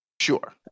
sure